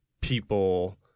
People